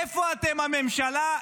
איפה אתם, הממשלה?